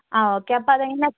ആ ഓക്കെ അപ്പോൾ അത് എങ്ങനെയാണ്